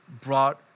brought